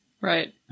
Right